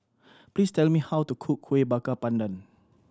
please tell me how to cook Kuih Bakar Pandan